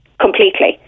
completely